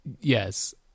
Yes